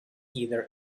either